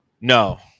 No